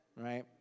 Right